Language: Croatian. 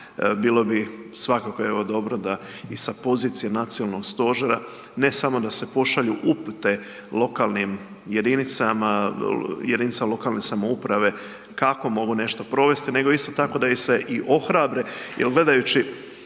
bilo bi svakako evo dobro da i sa pozicije nacionalnog stožera, ne samo da se pošalju upute lokalnim jedinicama, jedinicama lokalne samouprave kako mogu nešto provesti nego isto tako da ih se i ohrabri, jer gledajući